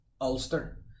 Ulster